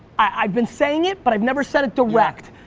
i've been saying it but i've never said it direct.